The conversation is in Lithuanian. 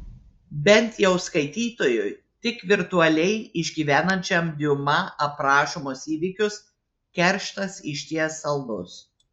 bent jau skaitytojui tik virtualiai išgyvenančiam diuma aprašomus įvykius kerštas išties saldus